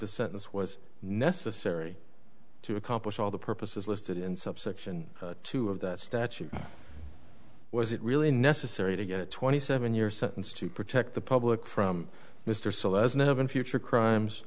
the sentence was necessary to accomplish all the purposes listed in subsection two of that statute was it really necessary to get a twenty seven year sentence to protect the public from mr seleznyov in future crimes